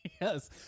Yes